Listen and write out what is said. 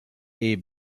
est